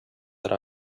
that